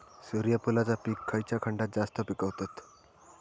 सूर्यफूलाचा पीक खयच्या खंडात जास्त पिकवतत?